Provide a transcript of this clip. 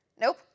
Nope